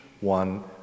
one